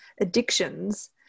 addictions